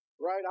Right